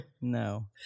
No